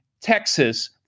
Texas